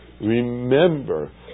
remember